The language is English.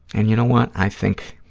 and you know what, i think,